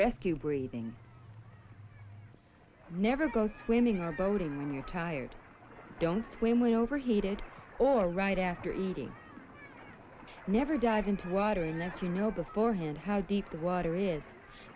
rescue reading never go swimming or boating when you're tired don't swim way overheated or right after eating never dive into water in there to know beforehand how deep the water is